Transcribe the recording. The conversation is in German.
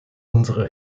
unsere